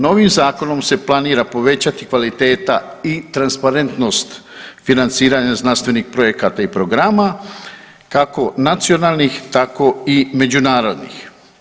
Novim zakonom se planira povećati kvaliteta i transparentnost financiranja znanstvenih projekata i programa kako nacionalnih tako i međunarodnih.